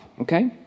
Okay